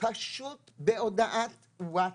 פשוט בהודעת ווטסאפ.